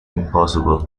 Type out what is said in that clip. impossible